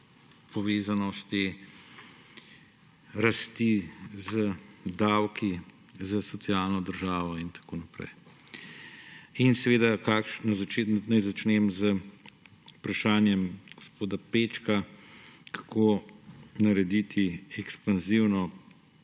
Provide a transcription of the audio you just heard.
povezanosti rasti z davki, s socialno državo in tako naprej. Naj začnem z vprašanjem gospoda Pečka, kako narediti ekspanzivno